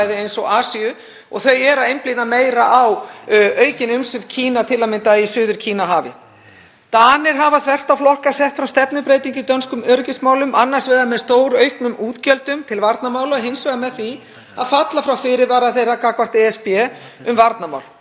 eins og Asíu og þau eru að einblína meira á aukin umsvif Kína, til að mynda í Suður-Kínahafi. Danir hafa þvert á flokka sett fram stefnubreytingu í dönskum öryggismálum, annars vegar með stórauknum útgjöldum til varnarmála og hins vegar með því að falla frá fyrirvara þeirra gagnvart ESB um varnarmál